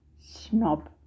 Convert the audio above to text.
snob